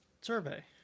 survey